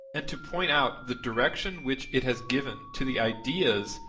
and to point out the direction which it has given to the ideas,